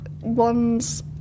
ones